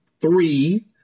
three